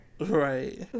Right